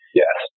yes